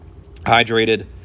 Hydrated